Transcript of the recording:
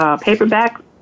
paperback